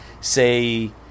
say